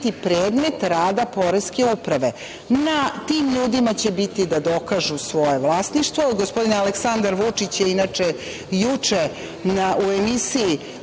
predmet rada poreske uprave. Na tim ljudima će biti da dokažu svoje vlasništvo. Gospodin Aleksandar Vučić je, inače, juče u emisiji